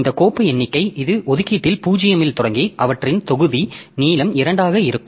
இந்த கோப்பு எண்ணிக்கை இது ஒதுக்கீட்டில் 0 இல் தொடங்கி அவற்றின் தொகுதி நீளம் 2 ஆக இருக்கும்